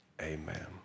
amen